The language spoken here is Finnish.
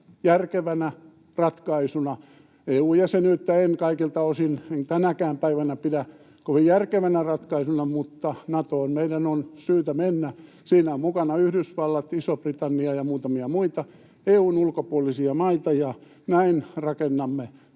järkevänä ratkaisuna. EU-jäsenyyttä en kaikilta osin tänäkään päivänä pidä kovin järkevänä ratkaisuna, mutta Natoon meidän on syytä mennä. Siinä ovat mukana Yhdysvallat, Iso-Britannia ja muutamia muita EU:n ulkopuolisia maita, ja näin rakennamme